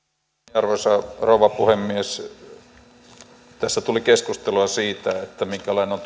arvoisa rouva puhemies tässä tuli keskustelua siitä minkälainen on